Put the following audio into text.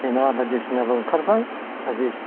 फेना बायदिसिना ओंखारबाय